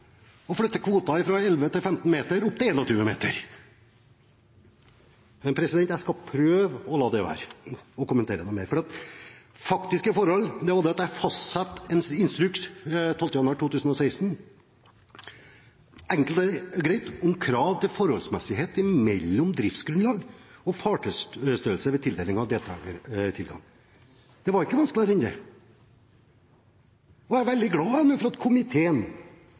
å flytte kvoter fra 11–15 meter opp til 21 meter. Jeg skal prøve å la være å kommentere det noe mer, for faktisk forhold er at jeg fastsatte en instruks 12. januar 2016 – enkelt og greit – om krav til forholdsmessighet mellom driftsgrunnlag og fartøystørrelse ved tildeling av deltakeradganger. Det var ikke vanskeligere enn det. Nå er jeg veldig glad for at komiteen